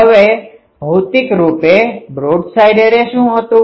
હવે ભૌતિક રૂપે બ્રોડસાઇડ એરે શું હતું